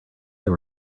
they